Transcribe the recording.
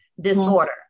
disorder